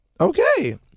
Okay